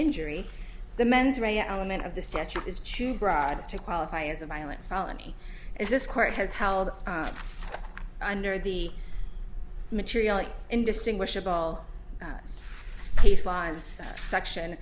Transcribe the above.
injury the mens rea element of the statute is too broad to qualify as a violent felony is this court has held under the material indistinguishable